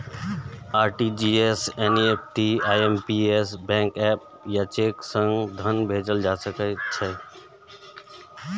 RTGS, NEFT, IMPS, bank app आ cheque सं धन भेजल जा सकैए